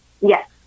Yes